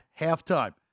halftime